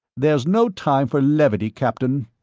this is no time for levity, captain,